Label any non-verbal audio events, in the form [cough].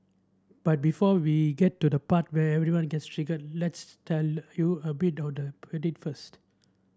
but before we get to the part where everyone gets triggered let's tell you a bit order [unintelligible] first